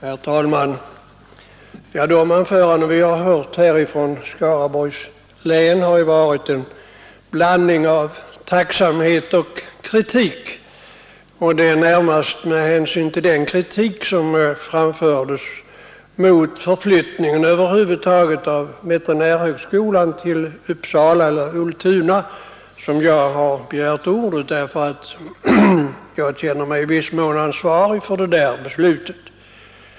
Herr talman! De anföranden vi hört av representanter för Skaraborgs län har innehållit en blandning av tacksamhet och kritik, och det är närmast med anledning av den kritik som framfördes mot en förflyttning över huvud taget av veterinärhögskolan till Ultuna som jag har begärt ordet. Jag känner mig i viss mån ansvarig för beslutet.